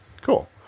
Cool